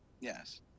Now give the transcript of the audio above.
Yes